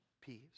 peace